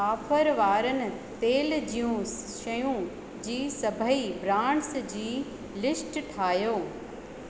offer वारनि तेल जूं शयूं जी सभेई ब्रांड्स जी लिस्ट ठाहियो